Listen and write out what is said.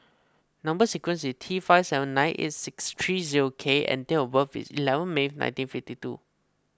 Number Sequence is T five seven nine eight six three zero K and date of birth is eleven May nineteen fifty two